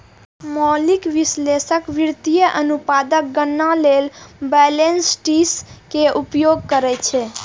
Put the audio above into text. मौलिक विश्लेषक वित्तीय अनुपातक गणना लेल बैलेंस शीट के उपयोग करै छै